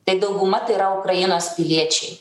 tai dauguma tai yra ukrainos piliečiai